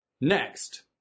next